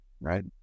right